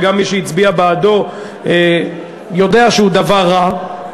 גם מי שהצביע בעדו יודע שהוא דבר רע,